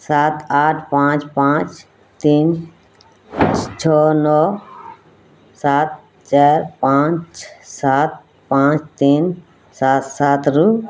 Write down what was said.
ସାତ ଆଠ ପାଞ୍ଚ ପାଞ୍ଚ ତିନି ଛଅ ନଅ ସାତ ଚାରି ପାଞ୍ଚ ସାତ ପାଞ୍ଚ ତିନି ସାତ ସାତରୁ